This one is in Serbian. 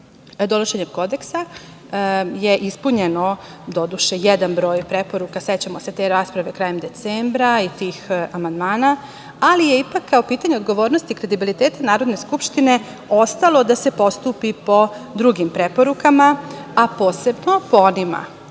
Kodeksa je ispunjen jedan broj preporuka. Sećamo se te rasprave krajem decembra i tih amandmana, ali je ipak kao pitanje odgovornosti kredibiliteta Narodne skupštine ostalo da se postupi po drugim preporukama, a posebno po onima